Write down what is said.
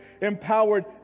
empowered